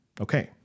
Okay